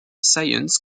science